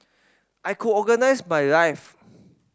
I could organise my life